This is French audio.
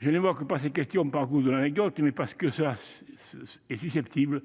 Je n'évoque pas ces questions par goût de l'anecdote, mais parce qu'elles sont susceptibles